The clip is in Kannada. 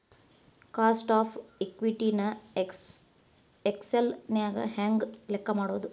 ಕಾಸ್ಟ್ ಆಫ್ ಇಕ್ವಿಟಿ ನ ಎಕ್ಸೆಲ್ ನ್ಯಾಗ ಹೆಂಗ್ ಲೆಕ್ಕಾ ಮಾಡೊದು?